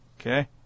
Okay